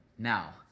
Now